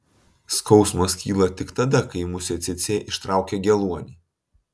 skausmas kyla tik tada kai musė cėcė ištraukia geluonį